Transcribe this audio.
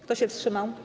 Kto się wstrzymał?